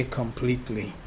completely